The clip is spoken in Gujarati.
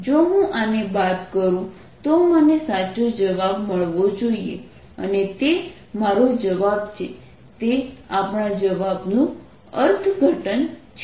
જો હું આને બાદ કરું તો મને સાચો જવાબ મળવો જોઈએ અને તે મારો જવાબ છે તે આપણા જવાબનુ અર્થઘટન છે